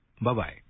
Bye-bye